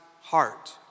heart